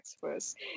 first